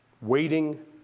Waiting